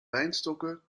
wijnstokken